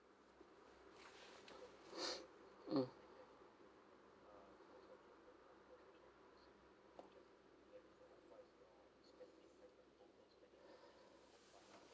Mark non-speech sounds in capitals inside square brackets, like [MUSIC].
[NOISE] mm